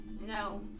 No